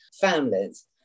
families